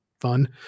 Fun